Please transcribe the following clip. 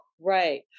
Right